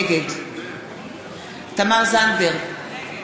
נגד תמר זנדברג,